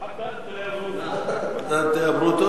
(אומר בערבית: אצל היהודים.) (אומר בערבית: אתה ברוטוס?)